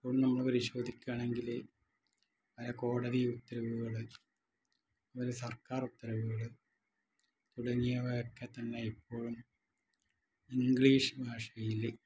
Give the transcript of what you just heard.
ഇപ്പോൾ നമ്മൾ പരിശോധിക്കാണെങ്കിൽ പല കോടതി ഉത്തരവുകൾ അത്പോലെ സർക്കാർ ഉത്തരുവുകൾ തുടങ്ങിയവൊക്കെത്തന്നെ ഇപ്പോഴും ഇംഗ്ലീഷ് ഭാഷയിൽ